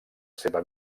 seva